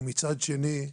ומצד שני,